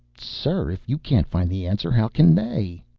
sir, if you can't find the answer, how can they?